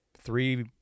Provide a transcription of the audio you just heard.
three